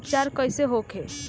उपचार कईसे होखे?